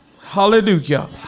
hallelujah